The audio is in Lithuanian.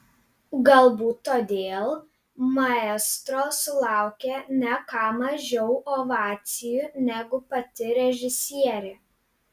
galbūt todėl maestro sulaukė ne ką mažiau ovacijų negu pati režisierė